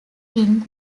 ping